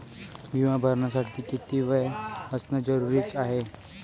बिमा भरासाठी किती वय असनं जरुरीच हाय?